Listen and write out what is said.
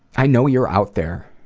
i know you're out there